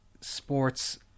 sports